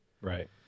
Right